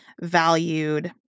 valued